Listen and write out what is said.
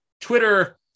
Twitter